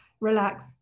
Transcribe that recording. relax